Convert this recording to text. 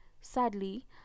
sadly